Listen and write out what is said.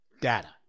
data